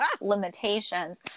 limitations